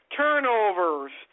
turnovers